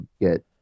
get